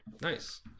nice